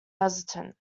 hesitant